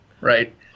right